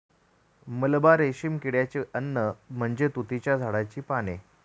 मलबा रेशीम किड्याचे अन्न म्हणजे तुतीच्या झाडाची पाने